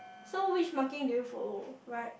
so which marking do you follow right